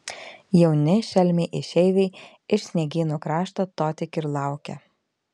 jauni šelmiai išeiviai iš sniegynų krašto to tik ir laukia